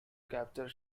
capture